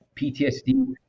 PTSD